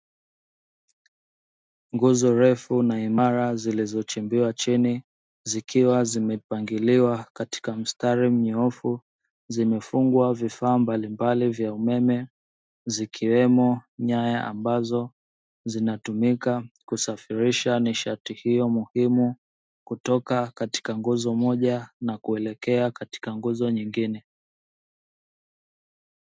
Nguzo refu na imara zilizochimbiwa chini zikiwa zimepangiliwa katika mstari mnyoofu, zimefungwa vifaa mbalimbali vya umeme, zikiwemo nyaya ambazo zinatumika kusafirisha nishati hiyo muhimu, kutoka katika nguzo moja na kuelekea katika nguzo nyingine.